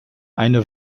eine